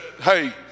hey